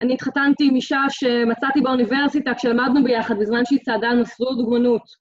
אני התחתנתי עם אישה שמצאתי באוניברסיטה כשלמדנו ביחד בזמן שהיא צעדה על מסלול הדוגמנות.